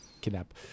kidnap